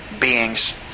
beings